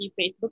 Facebook